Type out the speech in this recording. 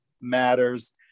matters